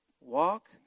Walk